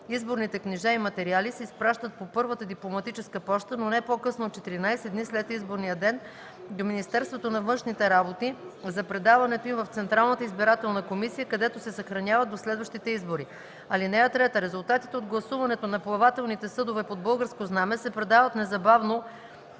Изборните книжа и материали се изпращат по първата дипломатическа поща, но не по-късно от 14 дни след изборния ден до Министерството на външните работи за предаването им в Централната избирателна комисия, където се съхраняват до следващите избори. (3) Резултатите от гласуването на плавателните съдове под българско знаме се предават незабавно